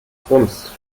rums